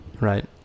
Right